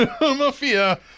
Mafia